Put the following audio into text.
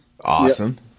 Awesome